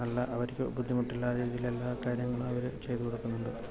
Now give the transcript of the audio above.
നല്ല അവർക്ക് ബുദ്ധിമുട്ട് ഇല്ലാതെ എല്ലാ കാര്യങ്ങളും അവരു ചെയ്തു കൊടുക്കുന്നുണ്ട്